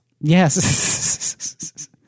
yes